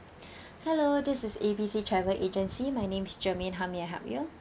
hello this is A B C travel agency my name is germaine how may I help you